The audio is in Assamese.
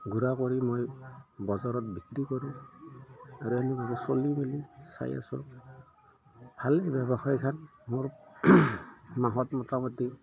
গুড়া কৰি মই বজাৰত বিক্ৰী কৰোঁ আৰু এনেভাৱে চলি মেলি চাই আছোঁ ভালেই ব্যৱসায়খান মোৰ মাহত মোটামুটি